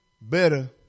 better